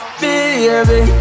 baby